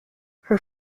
her